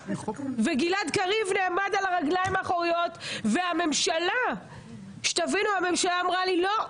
גלעד קריב נעמד על הרגליים האחוריות והממשלה אמרה לי לא,